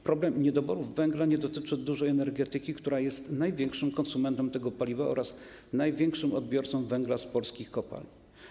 Problem niedoborów węgla nie dotyczy dużej energetyki, która jest największym konsumentem tego paliwa oraz największym odbiorcą węgla z polskich kopalń.